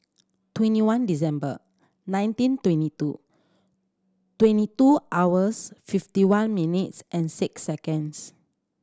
twenty one December nineteen twenty two twenty two hours fifty one minutes and six seconds